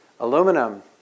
Aluminum